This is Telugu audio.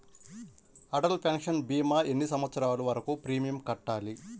అటల్ పెన్షన్ భీమా ఎన్ని సంవత్సరాలు వరకు ప్రీమియం కట్టాలి?